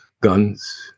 guns